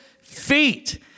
feet